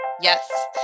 Yes